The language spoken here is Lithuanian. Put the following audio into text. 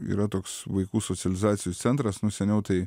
yra toks vaikų socializacijų centras nu seniau tai